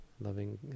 loving